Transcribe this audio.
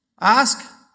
Ask